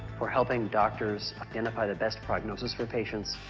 for helping doctors identify the best prognosis for patients.